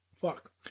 Fuck